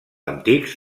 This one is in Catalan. antics